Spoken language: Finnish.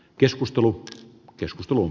keskustelu on keskustelun